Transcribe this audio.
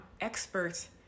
experts